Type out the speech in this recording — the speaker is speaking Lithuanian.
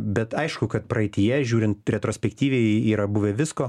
bet aišku kad praeityje žiūrint retrospektyviai yra buvę visko